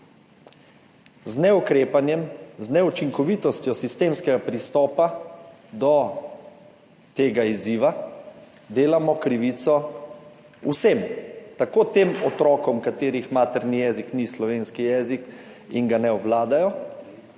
Z neukrepanjem, z neučinkovitostjo sistemskega pristopa do tega izziva delamo krivico vsem, tako tem otrokom, katerih materni jezik ni slovenski jezik in ga ne obvladajo,